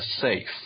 safe